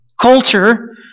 culture